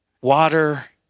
Water